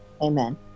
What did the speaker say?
amen